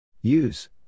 Use